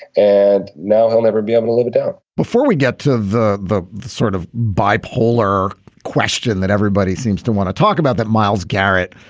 and now he'll never be able to live it out before we get to the the sort of bipolar question that everybody seems to want to talk about that myles garrett.